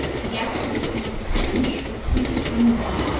the accuracy of the french was freely canvassed,